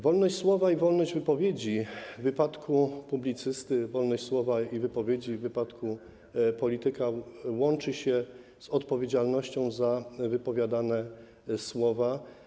Wolność słowa i wolność wypowiedzi w wypadku publicysty, wolność słowa i wypowiedzi w wypadku polityka łączy się z odpowiedzialnością za wypowiadane słowa.